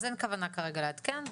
אז אין כוונה כרגע לעדכן.